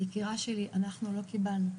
יקירה שלי אנחנו לא קיבלנו,